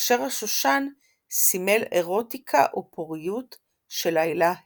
כאשר השושן סימל ארוטיקה ופוריות של האלה הרה.